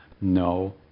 No